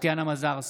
טטיאנה מזרסקי,